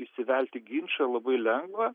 įsivelt į ginčą labai lengva